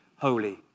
holy